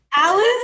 Alice